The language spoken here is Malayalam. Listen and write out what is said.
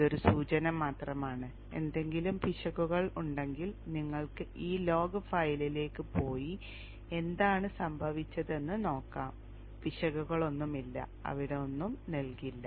ഇത് ഒരു സൂചന മാത്രമാണ് എന്തെങ്കിലും പിശകുകൾ ഉണ്ടെങ്കിൽ നിങ്ങൾക്ക് ഈ ലോഗ് ഫയലിലേക്ക് പോയി എന്താണ് സംഭവിച്ചതെന്ന് നോക്കാം പിശകുകളൊന്നുമില്ല അവിടെ ഒന്നും നൽകില്ല